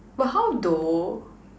but how though